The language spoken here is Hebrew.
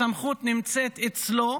הסמכות נמצאת אצלו,